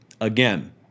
Again